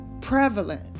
prevalent